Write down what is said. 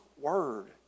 word